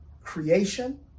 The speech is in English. creation